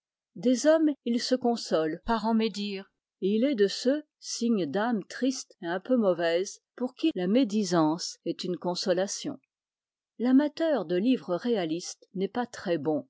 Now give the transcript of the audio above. des hommes il se console par en médire et il est de ceux signe d'âme triste et un peu mauvaise pour qui la médisance est une consolation l'amateur de livres réalistes n'est pas très bon